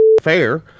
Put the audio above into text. fair